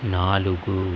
నాలుగు